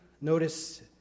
notice